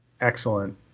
Excellent